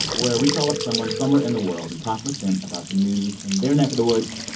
where we call up someone somewhere in the world and talk with them about the news in their neck of the woods.